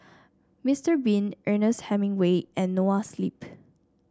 Mister Bean Ernest Hemingway and Noa Sleep